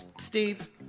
Steve